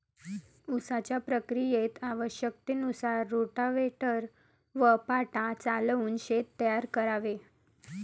उसाच्या प्रक्रियेत आवश्यकतेनुसार रोटाव्हेटर व पाटा चालवून शेत तयार करावे